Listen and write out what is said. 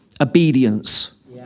obedience